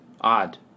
Odd